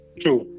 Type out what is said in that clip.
True